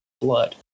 blood